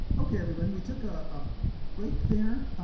okay everyone, we took a break there